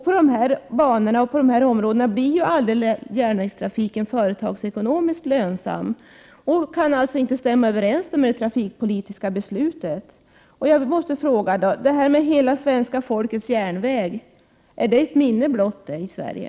På banorna i de här områdena blir ju järnvägstrafiken aldrig företagsekonomiskt lönsam, och den kan alltså inte stämma överens med det trafikpolitiska beslutet. Är idén om en hela svenska folkets järnväg ett minne blott i Sverige?